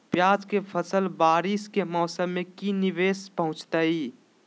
प्याज के फसल बारिस के मौसम में की निवेस पहुचैताई?